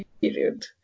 period